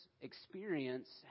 experience